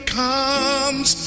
comes